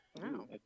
Wow